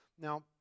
Now